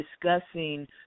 discussing